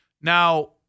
Now